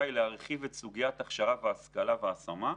היא להרחיב את סוגיית ההכשרה וההשכלה וההשמה.